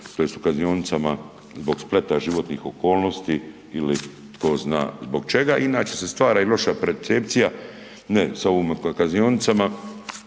tj. u kaznionicama zbog spleta životnih okolnosti ili tko zna zbog čega. inače se stvara loša percepcija ne samo u kaznionicama